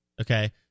Okay